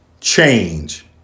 change